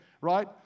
right